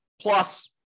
plus